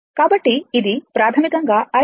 కాబట్టి ఇది ప్రాథమికంగా Im sinθ కు సమానం